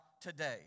today